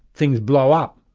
things blow up,